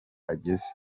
ageze